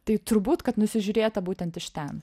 tai turbūt kad nusižiūrėta būtent iš ten